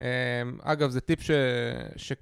אממ... אגב זה טיפ ש...